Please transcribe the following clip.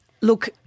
look